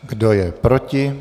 Kdo je proti?